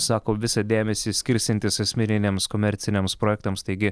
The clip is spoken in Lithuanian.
sako visą dėmesį skirsiantis asmeniniams komerciniams projektams taigi